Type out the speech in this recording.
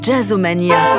Jazzomania